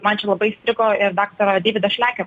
man čia labai įstrigo ir daktaro deivido šlekio